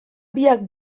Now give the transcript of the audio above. biak